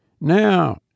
Now